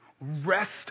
Rest